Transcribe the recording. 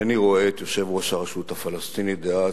אינני רואה את יושב-ראש הרשות הפלסטינית דאז,